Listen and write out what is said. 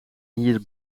hier